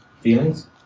feelings